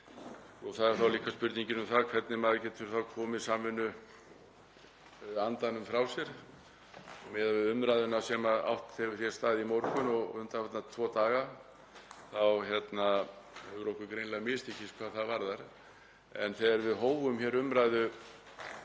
en það er þá líka spurningin um það hvernig maður getur komið samvinnuandanum frá sér og miðað við umræðuna sem átt hefur sér stað í morgun og undanfarna tvo daga þá hefur okkur greinilega mistekist hvað það varðar. En þegar við hófum hér umræðu,